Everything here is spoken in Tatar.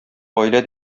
гаилә